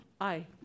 Aye